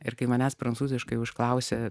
ir kai manęs prancūziškai užklausė